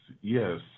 yes